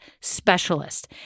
specialist